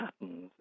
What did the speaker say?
patterns